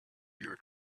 your